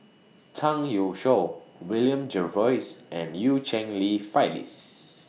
Chang Youshuo William Jervois and EU Cheng Li Phyllis